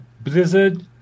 Blizzard